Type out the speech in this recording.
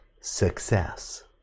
success